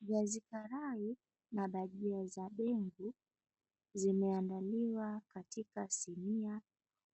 Viazi karai na bajia za ndengu zimeandaliwa katika sinia,